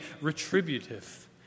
retributive